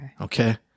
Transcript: Okay